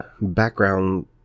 background